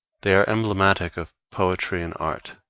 they are emblematic of poetry and art,